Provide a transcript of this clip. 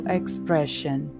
expression